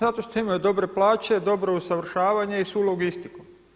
Zato što imaju dobre plaće, dobro usavršavanje i svu logistiku.